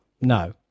No